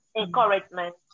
Encouragement